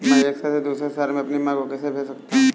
मैं एक शहर से दूसरे शहर में अपनी माँ को पैसे कैसे भेज सकता हूँ?